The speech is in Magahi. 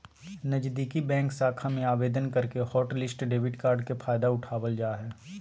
नजीदीकि बैंक शाखा में आवेदन करके हॉटलिस्ट डेबिट कार्ड के फायदा उठाबल जा हय